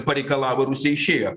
pareikalavo rusija išėjo